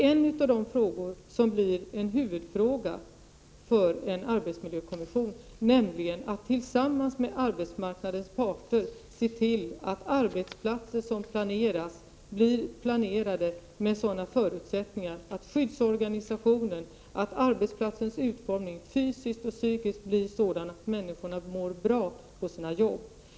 En av huvudfrågorna för en arbetsmiljökommission blir att tillsammans med arbetsmarknadens parter se till att arbetsplatser planeras under sådana förutsättningar att skyddsorganisationen och arbetsplatsens utformning fysiskt och psykiskt blir sådana att människorna mår bra på sina jobb.